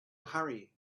hurry